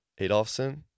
adolfson